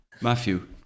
Matthew